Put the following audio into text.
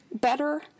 better